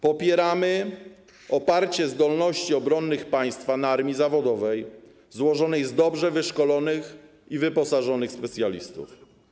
Popieramy oparcie zdolności obronnych państwa na armii zawodowej złożonej z dobrze wyszkolonych i wyposażonych specjalistów.